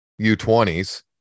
u20s